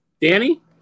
Danny